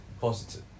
positive